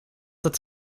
het